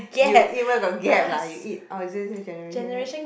you eat where got gap lah you eat oh you say say generation gap